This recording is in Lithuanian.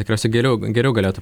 tikriausiai geriau geriau galėtų